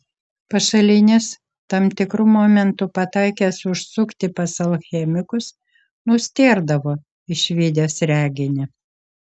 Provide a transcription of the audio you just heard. pašalinis tam tikru momentu pataikęs užsukti pas alchemikus nustėrdavo išvydęs reginį